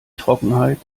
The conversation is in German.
trockenheit